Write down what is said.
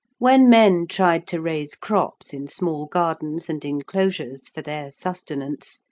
when men tried to raise crops in small gardens and enclosures for their sustenance,